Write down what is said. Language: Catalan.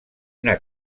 una